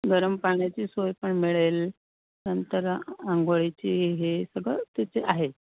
गरम पाण्याची सोय पण मिळेल नंतर अंघोळीची हे सगळं तिथे आहेत